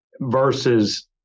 versus